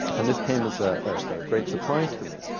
and this came as a great surprise to me,